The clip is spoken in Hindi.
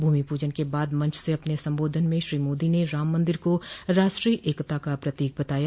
भूमि पूजन के बाद मंच से अपने संबोधन में श्री मोदी ने राम मन्दिर को राष्ट्रीय एकता का प्रतीक बताया